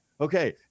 Okay